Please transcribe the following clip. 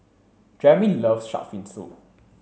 Jeremey loves shark's fin soup